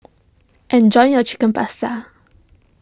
enjoy your Chicken Pasta